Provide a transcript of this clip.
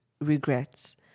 regrets